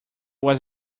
was